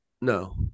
No